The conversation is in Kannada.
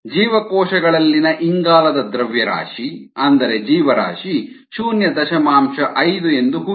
ಜೀವಕೋಶಗಳಲ್ಲಿನ ಇಂಗಾಲದ ದ್ರವ್ಯರಾಶಿ ಜೀವರಾಶಿ ಶೂನ್ಯ ದಶಮಾಂಶ ಐದು ಎಂದು ಊಹಿಸಿ